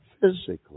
physically